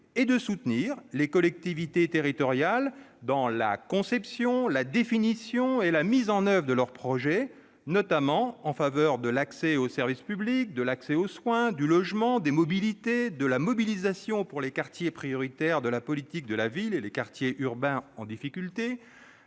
et de soutenir les collectivités territoriales [...] dans la conception, la définition et la mise en oeuvre de leurs projets, notamment en faveur de l'accès au service public, de l'accès au soin [...], du logement, des mobilités, de la mobilisation pour les quartiers prioritaires de la politique de la ville et les quartiers urbains en difficulté,